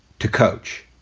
to coach,